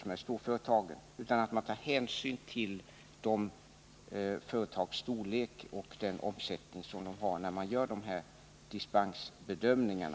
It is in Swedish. Man bör ta hänsyn till storleken hos de inblandade företagen och deras resp. omsättning när man gör de här dispensbedömningarna.